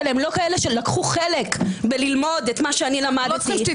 לא כל אחד מלמד סך ערכים אחר?